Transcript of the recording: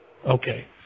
Okay